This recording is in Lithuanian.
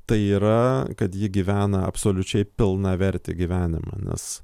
tai yra kad ji gyvena absoliučiai pilnavertį gyvenimą nes